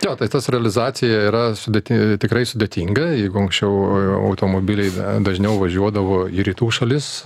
jo tai tas realizacija yra sudėti tikrai sudėtinga jeigu anksčiau automobiliai dažniau važiuodavo į rytų šalis